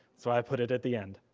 so i put it at the end.